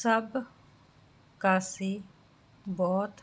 ਸਭ ਕਾਸੇ ਬਹੁਤ